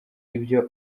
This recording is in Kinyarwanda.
ibyo